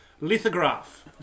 lithograph